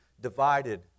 divided